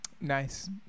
nice